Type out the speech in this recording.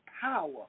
power